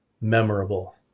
memorable